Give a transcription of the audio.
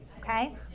Okay